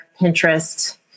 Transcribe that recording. Pinterest